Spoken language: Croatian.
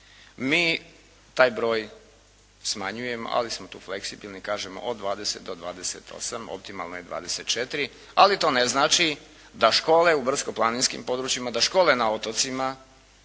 Mi taj broj smanjujemo, ali smo tu fleksibilni i kažemo do 20 do 28, optimalno je 24, ali to ne znači da škole u brdsko-planinskim područjima, da škole na otocima